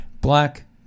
black